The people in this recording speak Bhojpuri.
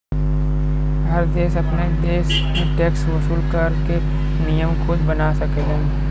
हर देश अपने अपने देश में टैक्स वसूल करे क नियम खुद बना सकेलन